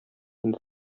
инде